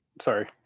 sorry